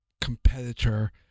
competitor